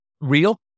real